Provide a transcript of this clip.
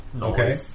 Okay